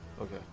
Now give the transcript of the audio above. Okay